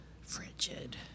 frigid